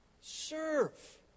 serve